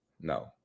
no